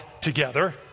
together